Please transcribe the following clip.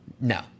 No